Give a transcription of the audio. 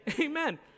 Amen